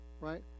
Right